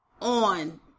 on